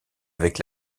avec